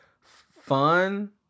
fun